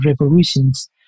revolutions